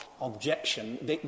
objection